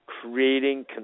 creating